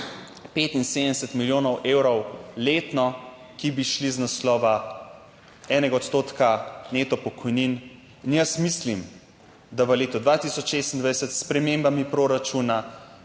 75 milijonov evrov letno, ki bi šli iz naslova enega odstotka neto pokojnin. In jaz mislim, da v letu 2026 s spremembami proračuna